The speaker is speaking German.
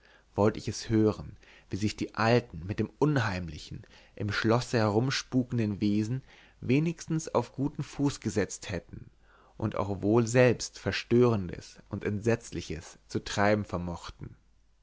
wollt ich es hören wie sich die alten mit den unheimlichen im schlosse herumspukenden wesen wenigstens auf guten fuß gesetzt hätten und auch wohl selbst verstörendes und entsetzliches zu treiben vermochten